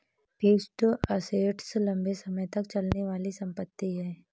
fixed assets लंबे समय तक चलने वाली संपत्ति है